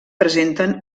presenten